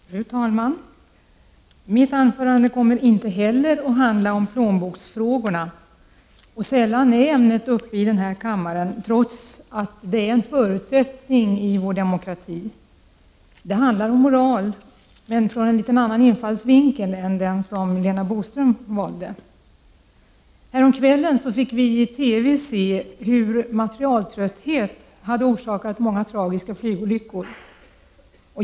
Fru talman! Mitt anförande kommer inte att handla om plånboksfrågor. Ämnet är sällan uppe till debatt i kammaren, trots att det är en förutsättning för vår demokrati. Det handlar om moral. Jag skall dock ta upp det från en annan infallsvinkel än Lena Boström. Häromkvällen fick vi se i TV hur materialtrötthet har orsakat många tragiska flygolyckor.